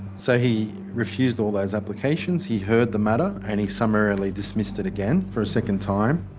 so he refused all those applications, he heard the matter and he summarily dismissed it again for a second time.